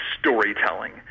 storytelling